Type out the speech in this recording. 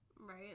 Right